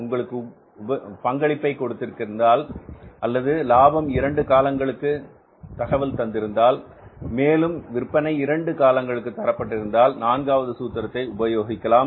உங்களுக்கு பங்களிப்பை கொடுத்திருந்தால் அல்லது லாபம் 2 காலங்களுக்கு தகவல் தந்திருந்தால் மேலும் விற்பனை 2 காலங்களுக்கு தரப்பட்டிருந்தால் நான்காவது சூத்திரத்தை உபயோகிக்கலாம்